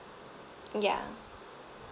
ya